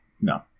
no